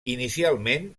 inicialment